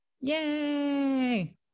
Yay